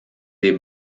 des